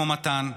כמו מתן,